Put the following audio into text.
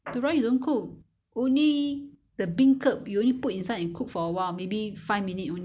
ah the rice you don't cook you know how do you cook the rice rice you cook ah becau~ oh you want you want to make it softer ah cook inside